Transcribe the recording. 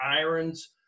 Irons